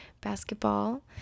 basketball